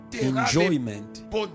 enjoyment